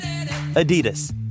Adidas